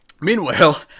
Meanwhile